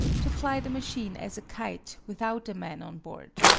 to fly the machine as a kite without a man on board,